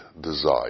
desire